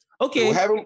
Okay